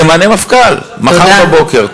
תמנה מפכ"ל מחר בבוקר.